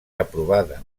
aprovada